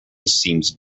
seems